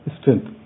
strength